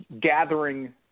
gathering